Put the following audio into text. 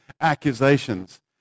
accusations